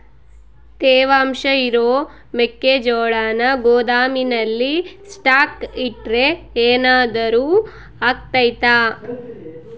ತೇವಾಂಶ ಇರೋ ಮೆಕ್ಕೆಜೋಳನ ಗೋದಾಮಿನಲ್ಲಿ ಸ್ಟಾಕ್ ಇಟ್ರೆ ಏನಾದರೂ ಅಗ್ತೈತ?